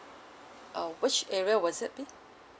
oh which area was it be